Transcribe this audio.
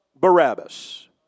Barabbas